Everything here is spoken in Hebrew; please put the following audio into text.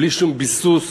בלי שום ביסוס,